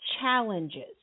challenges